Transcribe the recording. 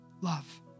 love